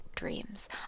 dreams